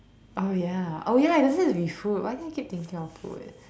oh ya oh ya it doesn't have to be food why do I keep thinking of food